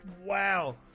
Wow